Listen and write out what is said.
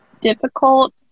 difficult